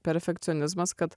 perfekcionizmas kad